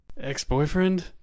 Ex-boyfriend